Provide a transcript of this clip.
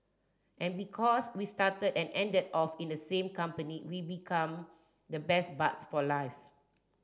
and because we started and ended off in the same company we we come the best buds for life